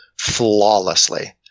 Flawlessly